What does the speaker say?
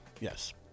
Yes